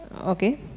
okay